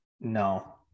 No